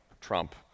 Trump